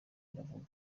iravuga